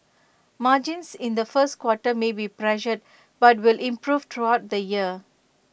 margins in the first quarter may be pressured but will improve throughout the year